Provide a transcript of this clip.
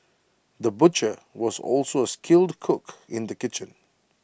the butcher was also A skilled cook in the kitchen